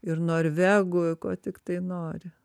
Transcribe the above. ir norvegų ko tiktai nori